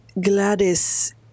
Gladys